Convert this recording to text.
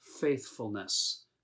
faithfulness